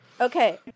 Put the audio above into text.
Okay